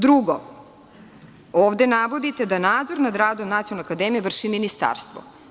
Drugo, ovde navodite da nadzor nad radom Nacionalne akademije vrši ministarstvo.